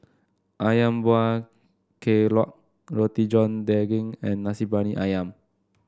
ayam Buah Keluak Roti John Daging and Nasi Briyani ayam